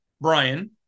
Brian